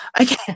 Okay